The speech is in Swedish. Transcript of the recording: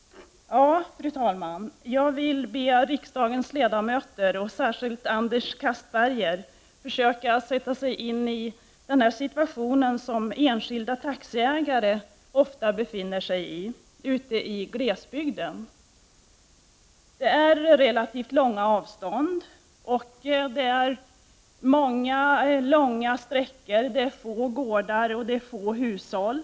Jag vill också be riksdagens ledamöter och särskilt Anders Castberger att försöka sätta sig in i den situation som enskilda taxiägare ofta befinner sig i ute i glesbygd. Det är fråga om långa avstånd, få gårdar och få hushåll.